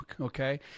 Okay